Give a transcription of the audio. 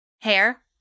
hair